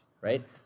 right